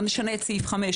לא נשנה את סעיף 5,